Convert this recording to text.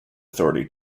authority